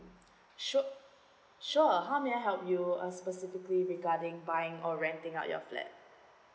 su~ sure how may I help you uh specifically regarding buying or renting out your flat